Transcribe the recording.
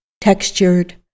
textured